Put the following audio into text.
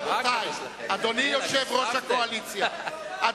רבותי, אדוני יושב-ראש הקואליציה, מה יש לכם?